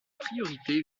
priorité